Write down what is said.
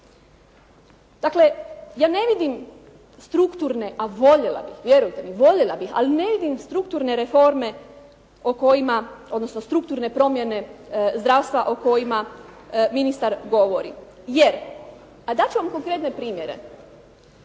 Dakle, ja ne vidim strukture, a voljela bih, vjerujte voljela bih ali ne vidim strukturne reforme o kojima, odnosno strukturne promjene zdravstva o kojima ministar govori. Jer, a dat ću vam konkretne primjere.